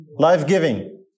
Life-giving